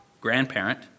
grandparent